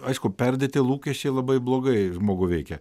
aišku perdėti lūkesčiai labai blogai žmogų veikia